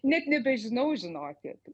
net nebežinau žinokit